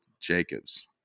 Jacobs